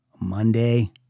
Monday